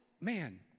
man